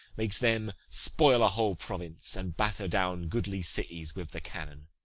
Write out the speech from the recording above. makes them spoil a whole province, and batter down goodly cities with the cannon.